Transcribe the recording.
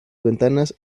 ventanas